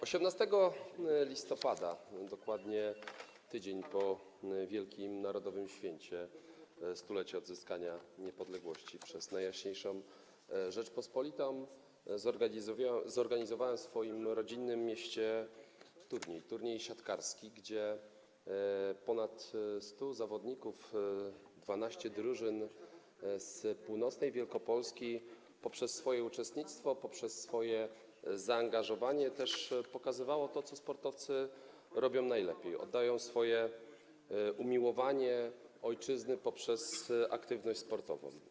18 listopada, dokładnie tydzień po wielkim narodowym święcie, 100-leciu odzyskania niepodległości przez Najjaśniejszą Rzeczpospolitą, zorganizowałem w swoim rodzinnym mieście turniej siatkarski, gdzie ponad 100 zawodników, 12 drużyn z północnej Wielkopolski poprzez swoje uczestnictwo, poprzez swoje zaangażowanie pokazywało to, co sportowcy robią najlepiej: swoje umiłowanie ojczyzny okazywane poprzez aktywność sportową.